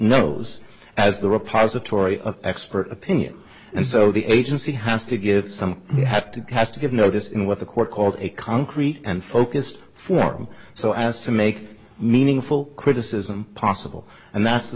knows as the repository of expert opinion and so the agency has to give some have to has to give notice in what the court called a concrete and focused form so as to make meaningful criticism possible and that's the